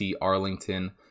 Arlington